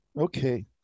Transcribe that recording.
Okay